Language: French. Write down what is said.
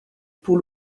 pour